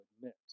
admit